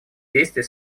действий